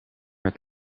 het